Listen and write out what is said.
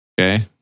Okay